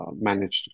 managed